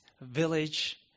village